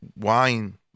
wine